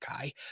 guy